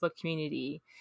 community